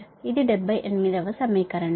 ఇది 78 వ సమీకరణం